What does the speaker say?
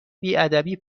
بیادبی